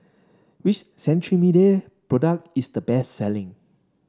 which Cetrimide product is the best selling